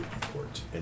court